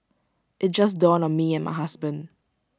IT just dawned on me and my husband